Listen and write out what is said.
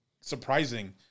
surprising